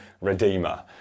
Redeemer